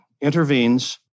Intervenes